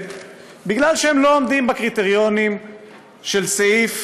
בגלל שהם לא עומדים בקריטריונים של סעיף